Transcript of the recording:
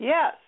Yes